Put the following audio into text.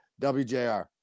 WJR